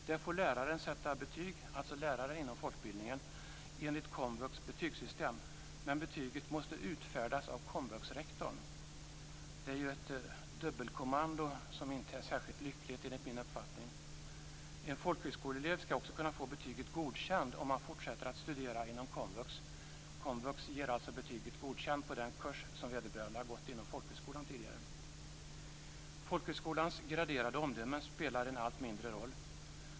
Där får läraren inom folkbildningen sätta betyg enligt komvux betygssystem, men betyget måste utfärdas av komvuxrektorn. Det är ju ett dubbelkommando som inte är särskilt lyckligt, enligt min uppfattning. En folkhögskoleelev skall också kunna få betyget Godkänd, om man fortsätter att studera inom komvux. Komvux ger alltså betyget Godkänd på den kurs som vederbörande har gått inom folkhögskolan tidigare. Folkhögskolornas graderade omdömen spelar en allt mindre roll.